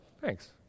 Thanks